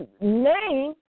name